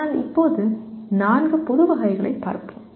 ஆனால் இப்போது நான்கு பொது வகைகளைப் பார்ப்போம்